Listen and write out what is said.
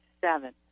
seven